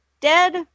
dead